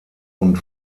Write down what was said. und